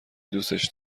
دوستش